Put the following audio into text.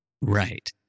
Right